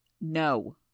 No